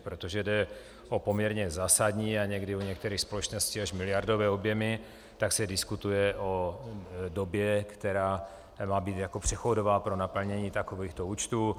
Protože jde o poměrně zásadní a někdy u některých společností až miliardové objemy, tak se diskutuje o době, která má být jako přechodová pro naplnění takovýchto účtů.